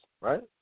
right